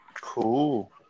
cool